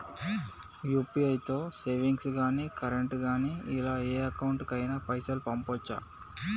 UPI తో savings గాని current గాని ఇలా ఏ అకౌంట్ కైనా పైసల్ పంపొచ్చా?